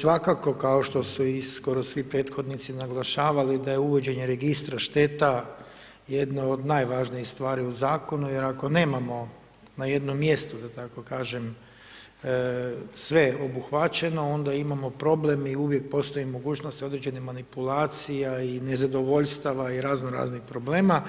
Svakako, kao što su i skoro svi prethodnici naglašavali, da je uvođenje Registra šteta, jedno od najvažnijih stvari u Zakonu jer ako nemamo na jednom mjestu da tako kažem sve obuhvaćeno onda imamo problem i uvijek postoji mogućnosti i određenih manipulacija i nezadovoljstava i razno raznih problema,